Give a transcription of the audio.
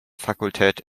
fakultät